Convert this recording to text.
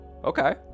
okay